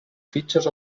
fitxes